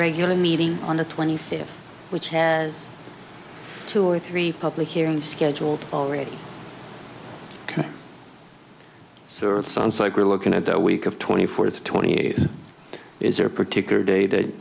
regular meeting on the twenty fifth which has two or three public hearings scheduled already so it sounds like you're looking at the week of twenty fourth twenty eight is there a particular day that